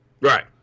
Right